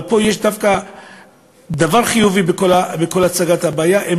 אבל פה יש דווקא דבר חיובי בכל הצגת הבעיה: הם